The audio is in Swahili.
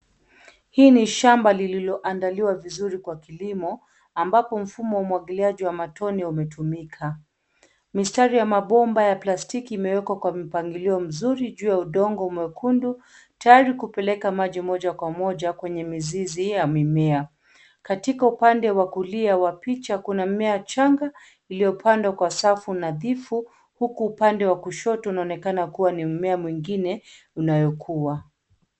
Hii ni shamba lililoandaliwa vizuri kwa kilimo ambapo mfumo mwa umwagiliaji wa matoni umetumika. Mistari ya mabomba ya plastiki imewekwa kwa mipangilio mzuri, juu ya udongo mwekundu, tayari kupeleka maji moja kwa moja kwenye mizizi hii ya mimea. Katika upande wakulia wa picha kuna mimea changa iliyopandwa kwa safu nadhifu, huku upande wa kushoto unaonekana kuwa ni mmea mwingine unayokuwa.